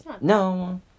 No